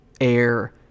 air